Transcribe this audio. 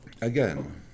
again